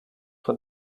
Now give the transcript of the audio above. for